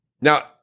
Now